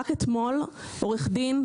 רק אתמול עורך דין,